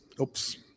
oops